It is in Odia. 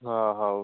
ହଁ ହଉ